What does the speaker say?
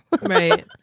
Right